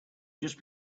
just